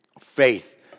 Faith